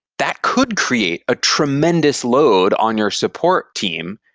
that could create a tremendous load on your support team,